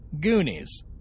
goonies